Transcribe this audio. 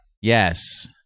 Yes